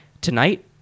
Tonight